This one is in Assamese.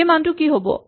সেই মানটো কি হ'ব